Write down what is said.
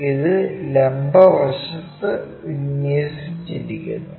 ഇത് ലംബ വശത്ത് വിന്യസിച്ചിരിക്കുന്നു